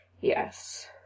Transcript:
Yes